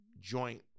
joint